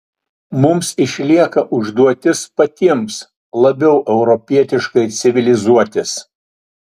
mums išlieka užduotis patiems labiau europietiškai civilizuotis